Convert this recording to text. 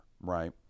right